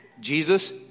Jesus